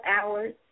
hours